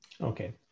Okay